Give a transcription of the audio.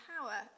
power